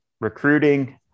recruiting